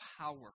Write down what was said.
power